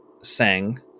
Sang